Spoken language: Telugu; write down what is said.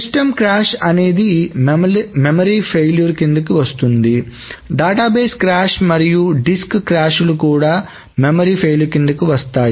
సిస్టం క్రాష్ అనేది మెమరీ ఫెయిల్యూర్ కిందకి వస్తుంది డేటాబేస్ క్రాష్ మరియు డిస్క్ క్రాష్ లు కూడా మెమరీ ఫెయిల్యూర్ కిందకి వస్తాయి